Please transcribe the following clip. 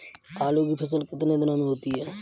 आलू की फसल कितने दिनों में होती है?